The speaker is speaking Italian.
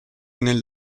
nel